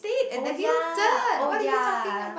oh ya oh ya